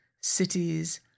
cities